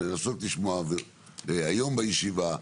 לנסות לשמוע היום בישיבה,